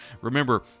Remember